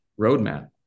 roadmap